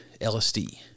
LSD